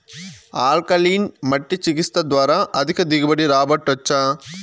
alkaline మట్టి చికిత్స ద్వారా అధిక దిగుబడి రాబట్టొచ్చా